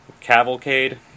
Cavalcade